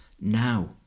now